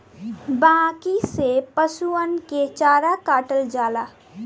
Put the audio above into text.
बांकी से पसुअन के चारा काटल जाला